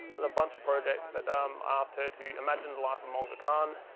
with a bunch of projects but um asked her to imagine the life of monga khan.